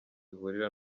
ihurira